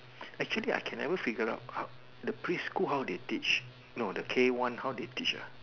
actually I can never figure out how the preschool how they teach no the K one how they teach ah